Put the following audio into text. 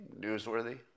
newsworthy